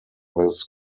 this